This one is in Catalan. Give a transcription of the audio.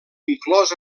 inclòs